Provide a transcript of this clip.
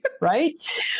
Right